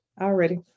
already